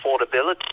affordability